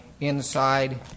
Inside